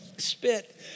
spit